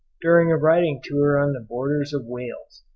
during a riding tour on the borders of wales,